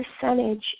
percentage